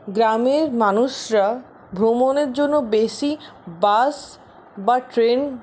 গ্রামের মানুষরা ভ্রমণের জন্য বেশি বাস বা ট্রেন